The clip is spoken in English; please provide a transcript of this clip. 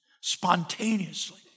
spontaneously